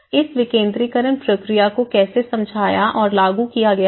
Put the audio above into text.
इस विकेंद्रीकरण प्रक्रिया को कैसे समझाया और लागू किया गया है